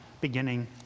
beginning